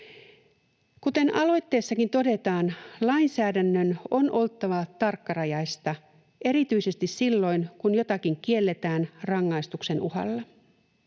Kuten aloitteessakin todetaan, lainsäädännön on oltava tarkkarajaista erityisesti silloin, kun jotakin kielletään rangaistuksen uhalla.